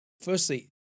firstly